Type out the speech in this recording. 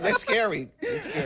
like scary.